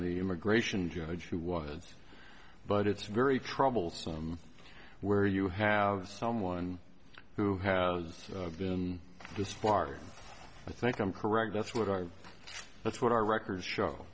the immigration judge who was but it's very troublesome where you have someone who has been disbarred i think i'm correct that's what our that's what our records show